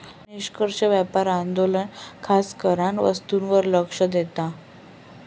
निष्पक्ष व्यापार आंदोलन खासकरान वस्तूंवर लक्ष देता